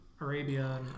Arabia